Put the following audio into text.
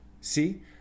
See